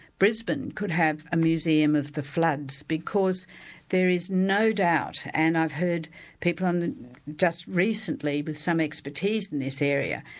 brisbane could have a museum of the floods, because there is no doubt, and i've heard people um just recently with some expertise in this area,